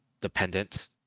dependent